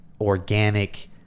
organic